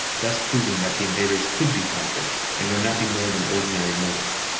thus proving that the invaders could be conquered, and were nothing more than ordinary mortals.